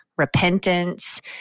repentance